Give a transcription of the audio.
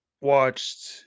watched